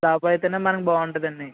slab అయితేనే మనకి బాగుంటుందండి